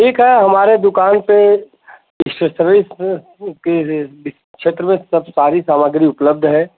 ठीक है हमारी दुकान पर स्टेशनरी के क्षेत्र में सब सारी सामग्री उपलब्ध है